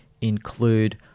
include